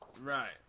right